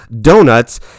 donuts